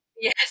Yes